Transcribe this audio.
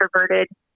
introverted